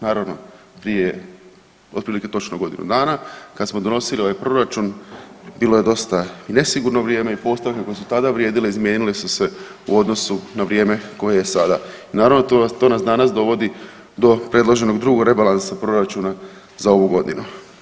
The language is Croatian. Naravno prije otprilike točnu godinu dana kad smo donosili ovaj proračun bilo je dosta i nesigurno vrijeme i postavke koje su tada vrijedile izmijenile su se u odnosu na vrijeme koje je sada i naravno to nas danas dovodi do predloženog drugog rebalansa proračuna za ovu godinu.